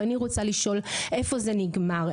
ואני רוצה לשאול איפה זה נגמר,